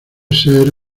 ser